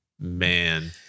man